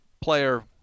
player